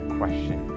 question